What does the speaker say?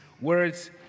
words